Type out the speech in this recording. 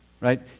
right